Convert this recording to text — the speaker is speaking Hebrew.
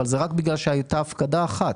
אבל זה רק בגלל שהייתה הפקדה אחת.